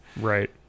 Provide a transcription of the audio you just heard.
Right